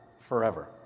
forever